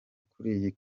ukuri